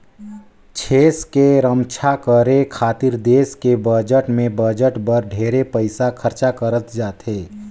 छेस के रम्छा करे खातिर देस के बजट में बजट बर ढेरे पइसा खरचा करत जाथे